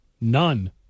None